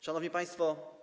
Szanowni Państwo!